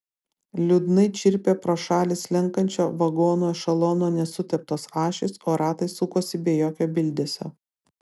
liūdnai čirpė pro šalį slenkančio vagonų ešelono nesuteptos ašys o ratai sukosi be jokio bildesio